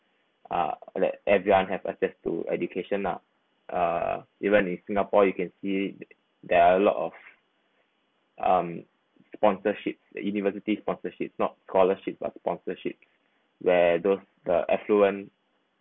uh like everyone have access to education nah uh even in singapore you can see there are a lot of um sponsorship the university's sponsorship not scholarship but sponsorship where those the affluent